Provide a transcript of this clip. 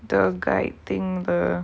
the guide thing the